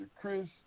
Chris